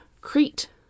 Crete